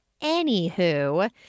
Anywho